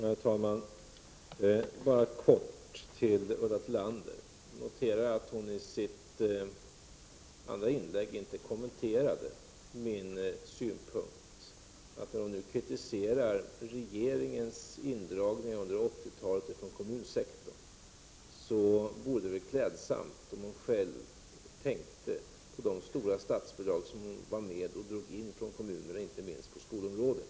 Herr talman! Bara kort till Ulla Tillander. Jag noterade att Ulla Tillander i sitt andra inlägg inte kommenterade mina synpunkter. När Ulla Tillander kritiserar regeringens indragning under 80-talet från kommunsektorn, vore det klädsamt om hon själv tänkte på de stora statsbidrag som hon var med om att dra in från kommunerna, inte minst på skolområdet.